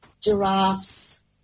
giraffes